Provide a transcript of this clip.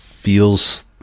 Feels